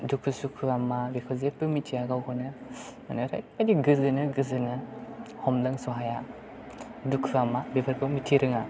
दुखु सुखुआ मा बेखौ जेबो मिथिया गावखौनो माने ओरैबादि गोजोनो हमदांस' हाया दुखुआ मा बेफोरखौ मिथिरोङा